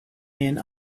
made